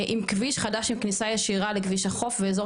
עם כביש חדש עם כניסה ישירה לכביש החוף ואזור